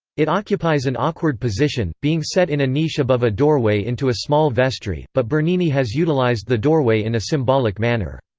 it occupies an awkward position, being set in a niche above a doorway into a small vestry, but bernini has utilized the doorway in a symbolic manner.